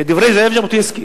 כדברי זאב ז'בוטינסקי: